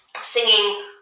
singing